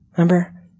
Remember